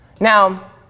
Now